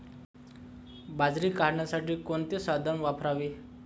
बाजरी काढण्यासाठी कोणते साधन वापरावे?